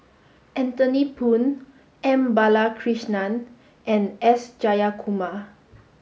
Anthony Poon M Balakrishnan and S Jayakumar